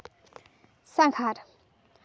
ᱥᱟᱸᱜᱷᱟᱨ